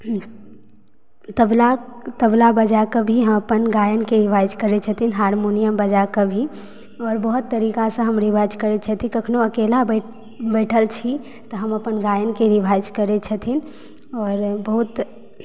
तबला तबला बजाके भी हम अपन गायनके रिभाइज करै छथिन हारमोनियम बजाके भी आओर बहुत तरीकासँ हम रिभाइज करैत छथिन कखनो अकेला बै बैठल छी तऽ हम अपन गायनके रिभाइज करैत छथिन आओर बहुत